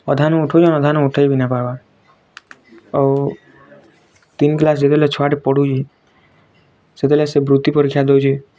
ଅଧାନୁ ଉଠଉଛନ୍ ଅଧାନୁ ଉଠେଇ ବି ନାଇ ପାରବାର୍ ଆଉ ତିନ୍ କ୍ଲାସ୍ ଛୁଆ ଟେ ପଢୁଛେ ସେଥିର୍ ଲାଗି ସେ ବୃତ୍ତି ପରୀକ୍ଷା ଦେଉଛେ